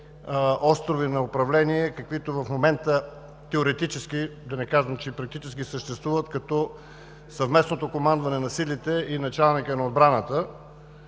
острови на управление, каквито в момента теоретически – да не казвам, че и практически – съществуват, като Съвместното командване на силите и Началникът на отбраната.